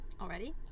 Already